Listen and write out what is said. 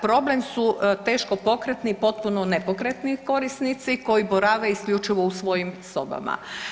Problem su teško pokretni i potpuno nepokretni korisnici koji borave isključivo u svojim sobama.